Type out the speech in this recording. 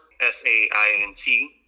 S-A-I-N-T